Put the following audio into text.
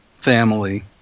family